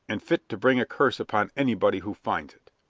and fit to bring a curse upon anybody who finds it!